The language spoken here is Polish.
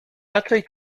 raczej